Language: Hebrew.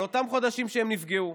על אותם חודשים שבהם הם נפגעו.